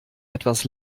etwas